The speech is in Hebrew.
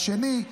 השנייה,